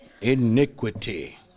iniquity